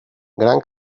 gran